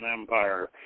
empire